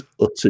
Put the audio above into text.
utter